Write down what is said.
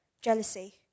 jealousy